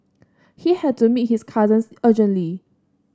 he had to meet his cousin urgently